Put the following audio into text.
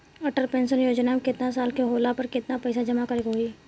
Atal pension Yojana मे केतना साल के होला पर केतना पईसा जमा करे के होई?